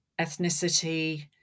ethnicity